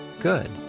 Good